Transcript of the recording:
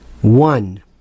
One